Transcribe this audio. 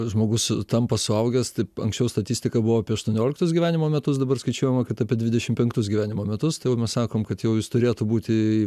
žmogus tampa suaugęs taip anksčiau statistika buvo apie aštuonioliktus gyvenimo metus dabar skaičiuojama kad apie dvidešim penktus gyvenimo metus mes sakome kad jau jis turėtų būti